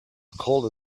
scowled